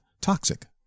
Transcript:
toxic